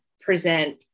present